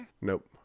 Nope